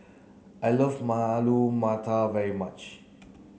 I love Alu Matar very much